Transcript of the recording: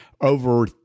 over